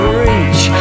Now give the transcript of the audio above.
reach